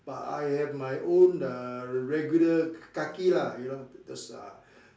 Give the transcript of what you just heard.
but I have my own uh regular kaki lah you know those ah